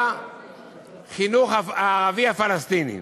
לחינוך הערבי הפלסטיני.